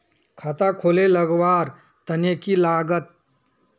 खाता खोले लगवार तने की लागत?